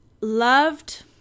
loved